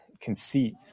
conceit